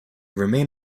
remain